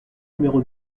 numéro